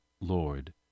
Lord